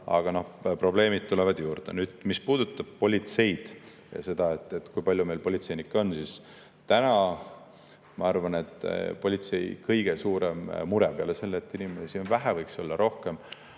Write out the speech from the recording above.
aga probleeme tuleb juurde. Mis puudutab politseid ja seda, kui palju meil politseinikke on, siis ma arvan, et politsei kõige suurem mure peale selle, et inimesi on vähe – võiks olla rohkem